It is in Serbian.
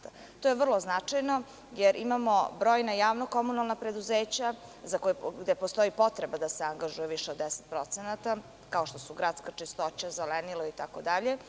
To je vrlo značajno, jer imamo brojna javno-komunalna preduzeća, gde postoji potreba da se angažuje više od 10%, kao što su „Gradska čistoća“, „Zelenilo“ itd.